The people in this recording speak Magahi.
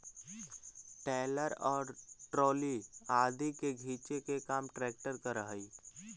ट्रैलर और ट्राली आदि के खींचे के काम ट्रेक्टर करऽ हई